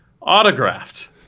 autographed